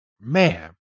man